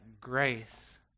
grace